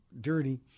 dirty